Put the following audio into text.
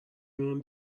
مون